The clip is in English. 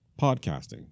podcasting